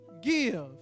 Give